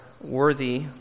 worthy